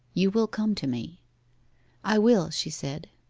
you will come to me i will she said.